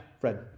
Fred